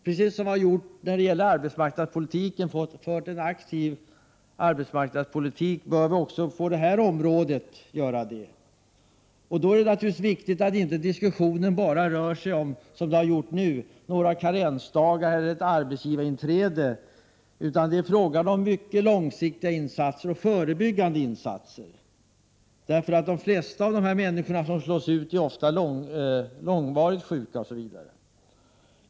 Precis som vi har fört en aktiv arbetsmarknadspolitik bör vi också på det här området göra aktiva insatser. Då är det viktigt att diskussionen inte bara rör sig om, som fallet har varit, några karensdagar eller ett arbetsgivarinträde. Det gäller mycket långsiktiga förebyggande insatser, för de flesta av de människor som slås ut är ofta långvarigt sjuka.